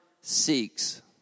seeks